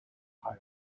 ohio